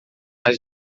mas